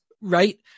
right